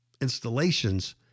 installations